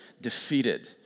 defeated